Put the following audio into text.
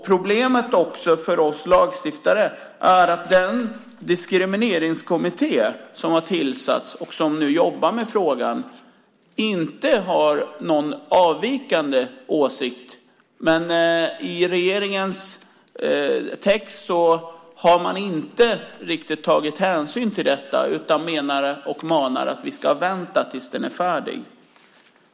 Problemet för oss lagstiftare är att den diskrimineringskommitté som har tillsatts och som nu jobbar med frågan inte har någon avvikande åsikt. I regeringens text har man dock inte tagit hänsyn till detta utan menar och manar att vi ska vänta tills den är färdig.